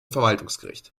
verwaltungsgericht